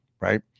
right